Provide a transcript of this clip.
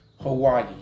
Hawaii